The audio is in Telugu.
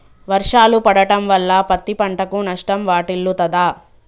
వర్షాలు పడటం వల్ల పత్తి పంటకు నష్టం వాటిల్లుతదా?